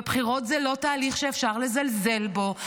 ובחירות זה לא תהליך שאפשר לזלזל בו.